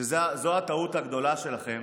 והיא הטעות הגדולה שלכם,